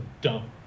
dumb